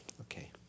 Okay